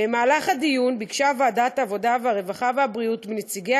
במהלך הדיון ביקשה ועדת העבודה והרווחה והבריאות מנציגי